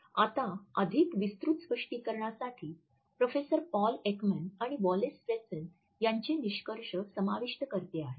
आता अधिक विस्तृत स्पष्टीकरणासाठी प्रोफेसर पॉल एकमन आणि वॉलेस फ्रेसन यांचे निष्कर्ष समाविष्ट करते आहे